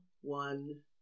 one